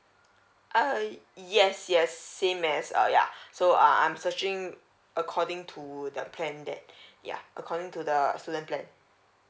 uh yes yes same as a ya so uh I'm searching according to the plan that yeah according to the a student plan